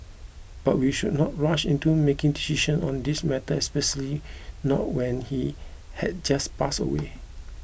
but we should not rush into making decisions on this matter especially not when he had just passed away